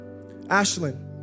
ashlyn